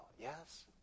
Yes